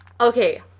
Okay